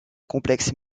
complexe